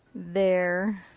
there.